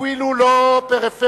אפילו לא פריפריה,